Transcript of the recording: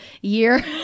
year